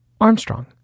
Armstrong